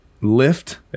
lift